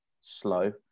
slow